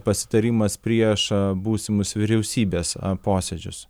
pasitarimas prieš būsimus vyriausybės posėdžius